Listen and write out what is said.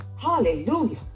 hallelujah